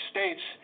States